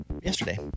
yesterday